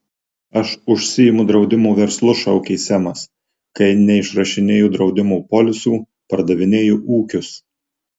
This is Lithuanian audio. aš užsiimu draudimo verslu šaukė semas kai neišrašinėju draudimo polisų pardavinėju ūkius